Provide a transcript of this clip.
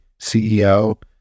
CEO